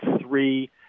three